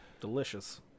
Delicious